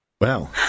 Wow